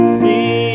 see